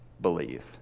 believe